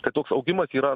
kad toks augimas yra